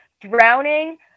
drowning